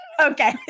okay